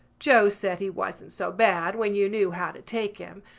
joe said he wasn't so bad when you knew how to take him,